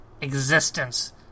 existence